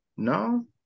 no